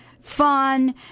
fun